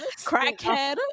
crackhead